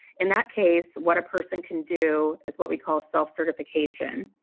in that case what a person can do is what we call self-certification.